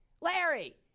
Larry